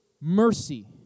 mercy